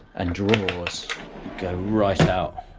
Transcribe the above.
and drawers go right out,